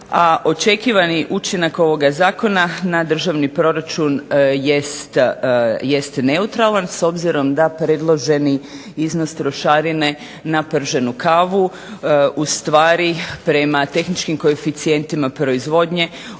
očekivani učinak ovoga zakona na državni proračun jest neutralan s obzirom da predloženi iznos trošarine na prženu kavu ustvari prema tehničkim koeficijentima proizvodnje